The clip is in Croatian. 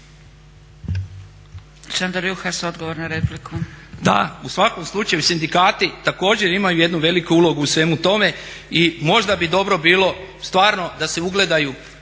Šandor Juhas, odgovor na repliku.